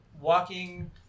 walking